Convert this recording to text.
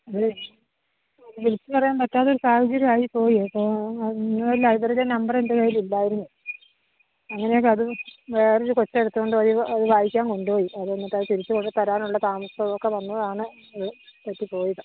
അത് വിളിച്ചു പറയാൻ പറ്റാത്ത ഒരു സാഹചര്യം ആയി പോയി പക്ഷേ നിങ്ങളുടെ ലൈബ്രറിയുടെ നമ്പർ എൻ്റെ കൈയിൽ ഇല്ലായിരുന്നു അങ്ങനെ അല്ല അത് വേറെ ഒരു കൊച്ച് എടുത്തു കൊണ്ട് പോയി അത് വായിക്കാൻ കൊണ്ടു പോയി അത് എന്നിട്ട് അത് തിരിച്ചു കൊണ്ട് തരാനുള്ള താമസം ഒക്കെ വന്നതാണ് അത് പറ്റിപ്പോയത്